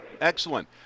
Excellent